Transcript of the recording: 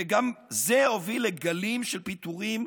וגם זה הוביל לגלים של פיטורים